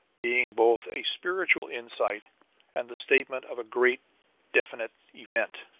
being both a spiritual insight and the statement of a great definite event.